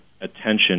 attention